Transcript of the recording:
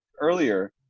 earlier